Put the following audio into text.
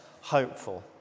hopeful